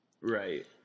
Right